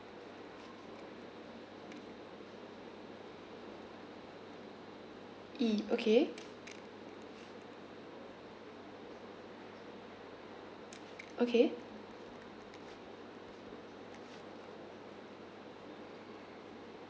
E okay okay